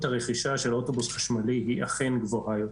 הרכישה של אוטובוס חשמלי היא אכן גבוהה יותר,